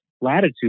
latitude